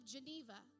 Geneva